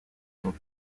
sont